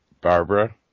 Barbara